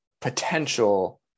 potential